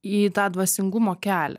į tą dvasingumo kelią